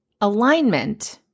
Alignment